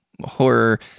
horror